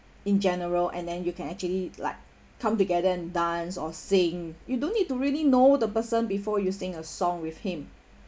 in general and then you can actually like come together and dance or sing you don't need to really know the person before you sing a song with him